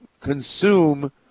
consume